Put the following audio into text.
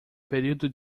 período